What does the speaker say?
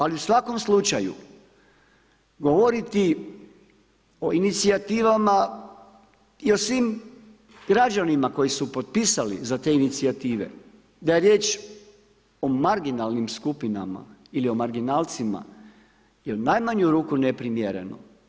Ali, u svakom slučaju govoriti o inicijativama i o svim građanima koji su potpisali za te inicijative, da je riječ o marginalnim skupinama ili o marginalcima je u najmanju ruku neprimjereno.